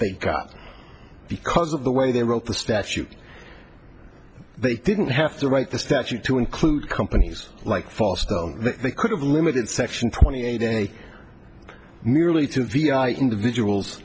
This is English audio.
they got because of the way they wrote the statute they didn't have to write the statute to include companies like fosco they could have limited section twenty eight a merely two vi individuals